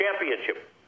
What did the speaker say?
championship